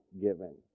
given